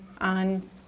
on